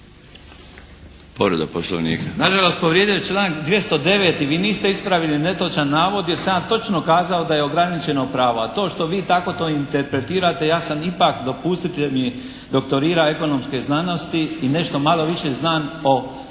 Na žalost povrijeđen je članak 209. Vi niste ispravili netočan navod jer sam ja točno kazao da je ograničeno pravo, a to što vi tako to interpretirate ja sam ipak dopustite mi doktorirao ekonomske znanosti i nešto malo više znam o